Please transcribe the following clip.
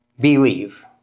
believe